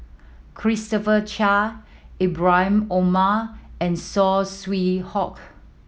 Christopher Chia Ibrahim Omar and Saw Swee Hock